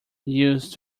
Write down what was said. used